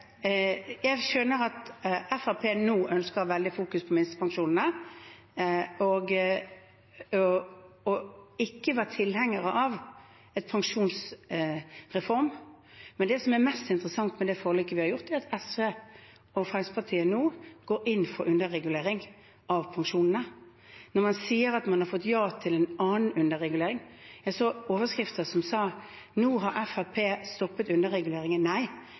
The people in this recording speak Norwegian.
Jeg skjønner at Fremskrittspartiet nå ønsker å fokusere mye på minstepensjonen. De var ikke tilhengere av en pensjonsreform. Det som er mest interessant med det forliket vi har gjort, er at SV og Fremskrittspartiet nå går inn for underregulering av pensjonene. Man sier at man har fått ja til en annen underregulering – jeg så overskrifter som sa: Nå har Frp stoppet underreguleringen. Nei,